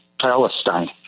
Palestine